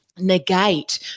negate